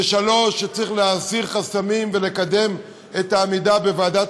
3. צריך להסיר חסמים ולקדם את העמידה בוועדת